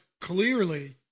clearly